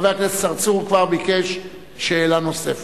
חבר הכנסת צרצור כבר ביקש שאלה נוספת.